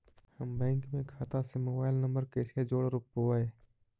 हम बैंक में खाता से मोबाईल नंबर कैसे जोड़ रोपबै?